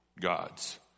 gods